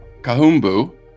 Kahumbu